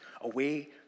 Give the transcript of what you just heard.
away